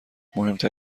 مهمتر